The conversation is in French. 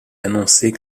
annoncée